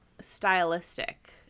stylistic